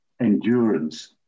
endurance